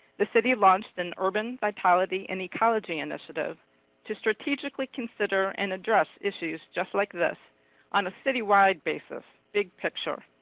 the city launched an urban vitality and ecology initiative to strategically consider and address issues just like this on a city-wide basis. big picture.